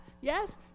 yes